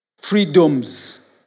freedoms